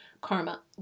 karma